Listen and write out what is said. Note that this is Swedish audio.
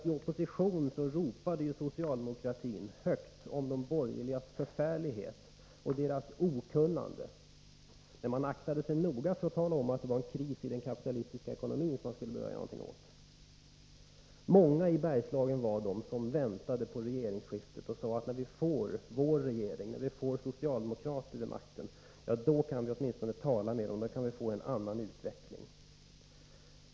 I opposition ropade socialdemokraterna högt om de borgerligas förfärlighet och deras okunnighet. Men man aktade sig noga för att tala om att det var en kris i den kapitalistiska ekonomin som man skulle behöva göra någonting åt. Många var de i Bergslagen som väntade på regeringsskiftet och sade, att när vi får vår regering, när vi får socialdemokrater vid makten, då kan vi åtminstone tala med dem och få till stånd en annan utveckling.